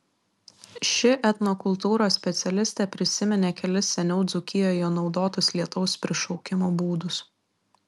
ši etnokultūros specialistė prisiminė kelis seniau dzūkijoje naudotus lietaus prišaukimo būdus